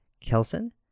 kelson